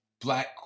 Black